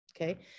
okay